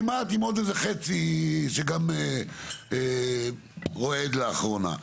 כמעט עם עוד איזה חצי שגם רועד לאחרונה.